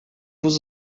was